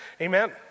Amen